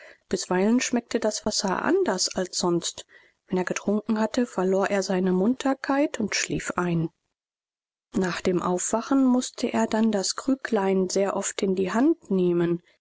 bisweilen schmeckte das wasser anders als sonst wenn er getrunken hatte verlor er seine munterkeit und schlief ein nach dem aufwachen mußte er dann das krüglein sehr oft in die hand nehmen